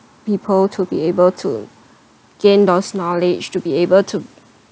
people to be able to gain those knowledge to be able to